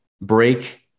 break